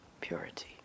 purity